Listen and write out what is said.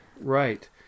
Right